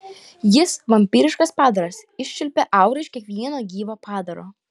jis vampyriškas padaras iščiulpia aurą iš kiekvieno gyvo padaro